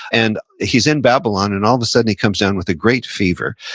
and he's in babylon. and all of a sudden, he comes down with a great fever,